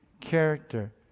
character